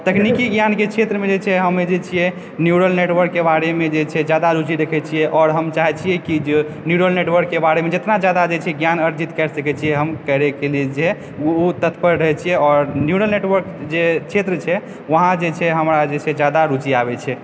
तकनीकी ज्ञानके क्षेत्रमे जे छै हमे जे छियै न्यूरल नेटवर्कके बारेमे जे छै ज्यादा रुचि रखैत छियै आओर हम चाहय छियै जे न्यूरल नेटवर्कके बारेमे जितना जादा जे छै ज्ञान अर्जित करि सकैत छियै हु करय कऽ लियऽ जे ओ तत्पर रहे छियै आओर न्यूरल नेटवर्क जे क्षेत्र छै वहाँ जे छै हमरा जे छै जादा रुचि आबय छै